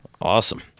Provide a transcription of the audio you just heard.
Awesome